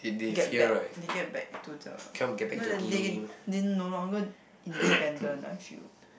get back they get back to the no they they no longer independent I feel